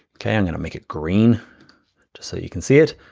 okay, i'm gonna make it green just so you can see it.